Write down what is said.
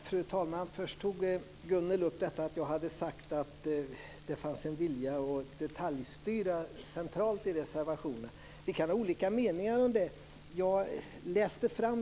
Fru talman! Först tog Gunnel Wallin upp att jag hade sagt att det i reservationen fanns en vilja att detaljstyra centralt. Vi kan ha olika meningar om det.